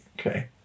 Okay